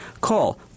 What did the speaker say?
Call